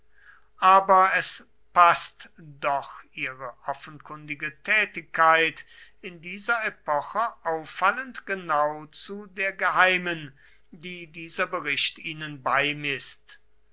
aber es paßt doch ihre offenkundige tätigkeit in dieser epoche auffallend genau zu der geheimen die dieser bericht ihnen beimißt